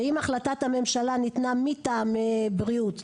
ואם החלטת הממשלה ניתנה מטעמי בריאות,